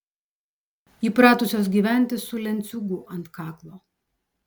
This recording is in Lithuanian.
įpratusios gyventi su lenciūgu ant kaklo